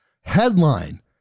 Headline